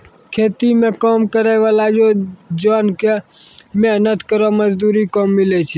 खेती म काम करै वाला जोन क मेहनत केरो मजदूरी कम मिलै छै